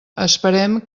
esperem